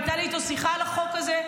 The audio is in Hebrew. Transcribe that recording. הייתה לי אתו שיחה על החוק הזה,